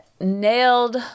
nailed